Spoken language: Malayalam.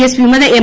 എസ് വിമത എം